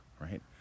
right